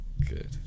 Good